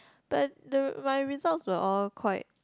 but the my results were all quite